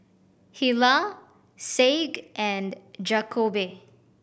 Hilah Saige and Jakobe